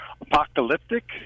apocalyptic